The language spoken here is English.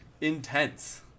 intense